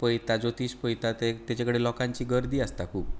पळयता ज्योतीश पळयता तें ताचे कडेन लोकांची गर्दी आसता खूब